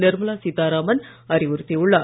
நிர்மலா சீதாராமன் அறிவுறுத்தியுள்ளார்